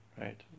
Right